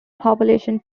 population